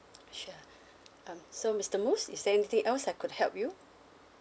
sure um so mister mosse is there anything else I could help you